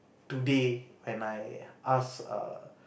today when I ask err